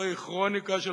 זוהי כרוניקה של